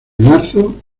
marzo